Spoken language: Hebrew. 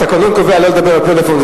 התקנון גם קובע לא לדבר בפלאפון.